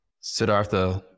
Siddhartha